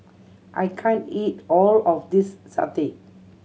I can't eat all of this satay